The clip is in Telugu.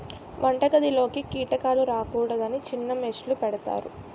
వంటగదిలోకి కీటకాలు రాకూడదని చిన్న మెష్ లు పెడతారు